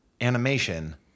Animation